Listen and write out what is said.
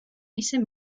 ისე